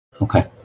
Okay